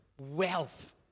wealth